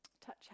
Touch